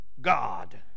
God